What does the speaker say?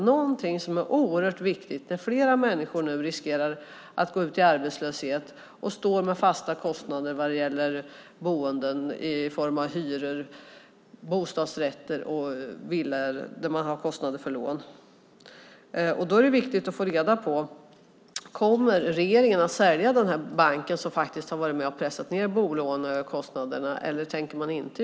Det är något som är oerhört viktigt när flera människor nu riskerar att gå ut i arbetslöshet och stå med fasta kostnader för boenden i form av hyror och lånekostnader för bostadsrätter och villor. Då är det viktigt att få reda på om regeringen kommer att sälja den här banken, som faktiskt har varit med och pressat ned bolånekostnaderna, eller inte.